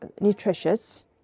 nutritious